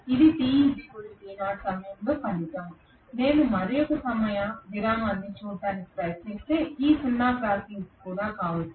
ఇది t t0 సమయంలో ఫలితం నేను మరొక సమయ విరామాన్ని చూడటానికి ప్రయత్నిస్తే ఈ సున్నా క్రాసింగ్ కావచ్చు